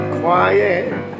quiet